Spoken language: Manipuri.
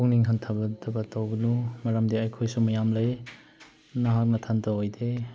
ꯄꯨꯛꯅꯤꯡ ꯍꯟꯊꯕ ꯇꯧꯒꯅꯨ ꯃꯔꯝꯗꯤ ꯑꯩꯈꯣꯏꯁꯨ ꯃꯌꯥꯝ ꯂꯩ ꯅꯍꯥꯛ ꯅꯊꯟꯇ ꯑꯣꯏꯗꯦ